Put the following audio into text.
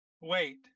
Wait